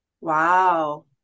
wow